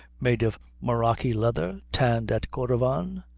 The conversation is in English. made of morroccy leather, tanned at cordovan.